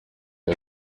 iya